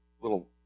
little